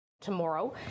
Tomorrow